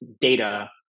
data